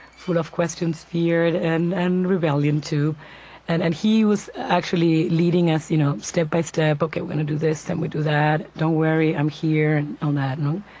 full of questions, fear, and and rebellion too and and he was actually leading us you know step by step. ok, we're going to this, then we do that. don't worry, i'm here, and on that note.